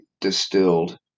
distilled